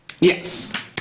Yes